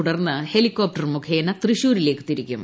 തുടർന്ന് ഹെലികോപ്റ്റർ മുഖേന തൃശൂരിലേക്ക് തിരിക്കും